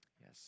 Yes